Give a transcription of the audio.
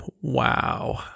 Wow